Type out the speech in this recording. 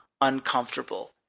uncomfortable